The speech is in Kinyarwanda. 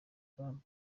trump